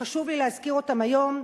שחשוב לי להזכיר אותן היום,